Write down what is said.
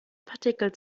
partikel